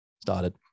started